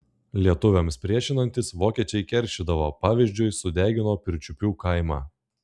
lietuviams priešinantis vokiečiai keršydavo pavyzdžiui sudegino pirčiupių kaimą